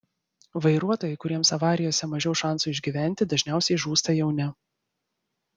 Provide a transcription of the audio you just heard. vairuotojai kuriems avarijose mažiau šansų išgyventi dažniausiai žūsta jauni